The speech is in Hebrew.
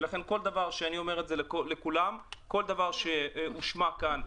ולכן אני אומר זה לכולם: כל דבר שהושמע כאן,